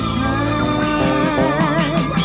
time